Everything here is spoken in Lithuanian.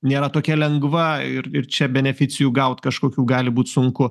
nėra tokia lengva ir ir čia beneficijų gaut kažkokių gali būt sunku